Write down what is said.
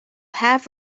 half